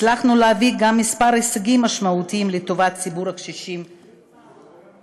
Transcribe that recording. הצלחנו להביא גם כמה הישגים משמעותיים לטובת ציבור הקשישים בישראל.